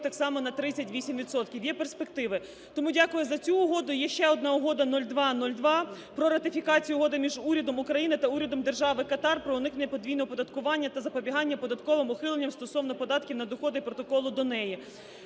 так само на 38 відсотків, є перспективи. Тому дякую за цю угоду. Є ще одна Угода – 0202: про ратифікацію Угоди між Урядом України та Урядом Держави Катар про уникнення подвійного оподаткування та запобігання податковим ухиленням стосовно податків на доходи і Протоколу до неї.